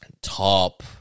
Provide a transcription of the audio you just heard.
top